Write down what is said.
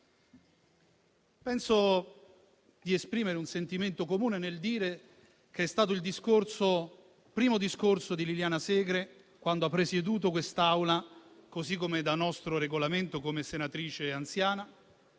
Penso di esprimere un sentimento comune nel dire che è stato il primo discorso di Liliana Segre, quando ha presieduto l'Assemblea, così come prevede il nostro Regolamento, in quanto senatrice più anziana.